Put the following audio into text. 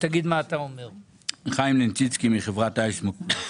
חברת אייסמוק.